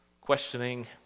questioning